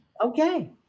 Okay